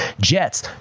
Jets